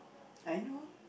I know